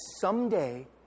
someday